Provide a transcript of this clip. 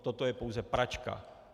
Toto je pouze pračka.